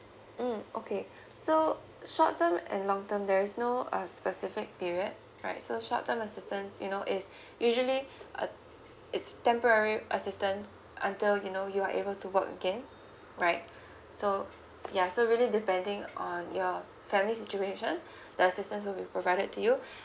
mm okay so short term and long term there is no uh specific period right so short time assistance you know is usually uh it's temporary assistance until you know you are able to work again right so yeah so really depending on your family situation the assistance will be provided to you